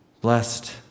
Blessed